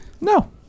No